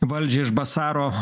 valdžią iš basaro